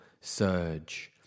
surge